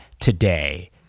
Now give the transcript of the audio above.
today